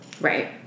Right